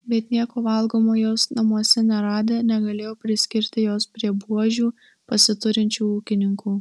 bet nieko valgomo jos namuose neradę negalėjo priskirti jos prie buožių pasiturinčių ūkininkų